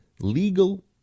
legal